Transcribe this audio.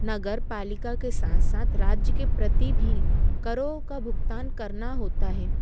नगरपालिका के साथ साथ राज्य के प्रति भी करों का भुगतान करना होता है